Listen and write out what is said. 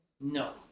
No